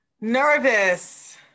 Nervous